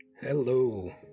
Hello